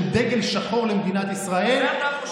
שהוא דגל שחור למדינת ישראל,